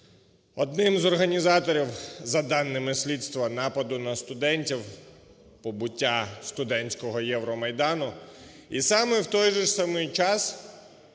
одним з організаторів, за даними слідства, нападів на студентів, побиття студентськогоЄвромайдану. І саме в той же ж